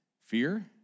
fear